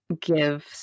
give